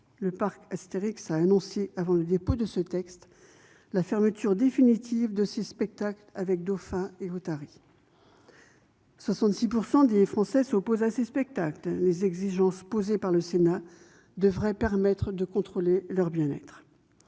Le parc Astérix a annoncé, avant le dépôt de ce texte, la fin définitive de ses spectacles avec dauphins et otaries. Aujourd'hui, quelque 66 % des Français s'opposent à ces spectacles. Les exigences posées par le Sénat devraient permettre de contrôler le bien-être